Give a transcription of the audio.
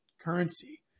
currency